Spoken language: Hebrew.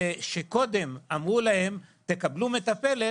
כשקודם אמרו להם תקבלו מטפלת,